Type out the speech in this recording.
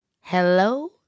Hello